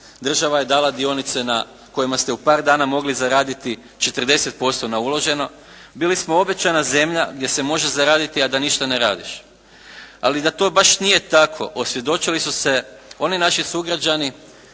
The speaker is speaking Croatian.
Država je dala dionice na kojima ste u par dana mogli zaraditi 40% na uloženo. Bili smo obećana zemlja gdje se može zaraditi, a da ništa ne radiš. Ali da to baš nije tako, osvjedočili su se oni naši sugrađani